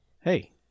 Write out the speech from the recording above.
Hey